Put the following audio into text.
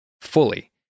fully